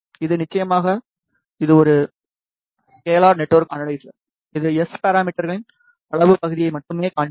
இது நிச்சயமாக இது ஒரு ஸ்கேலார் நெட்வொர்க் அனலைசர் இது எஸ் பராமீட்டர்களின் அளவு பகுதியை மட்டுமே காண்பிக்கும்